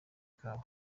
ikawa